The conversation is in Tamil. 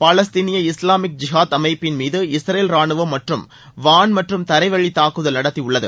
பாலஸ்தீனிய இஸ்லாமிக் ஜிகாத் அமைப்பின் மீது இஸ்ரேல் ரானுவம் வான் மற்றும் தரைவழி தாக்குதல் நடத்தியுள்ளது